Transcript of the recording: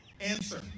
Answer